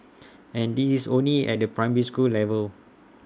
and this is only at the primary school level